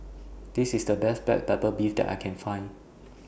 This IS The Best Black Pepper Beef that I Can Find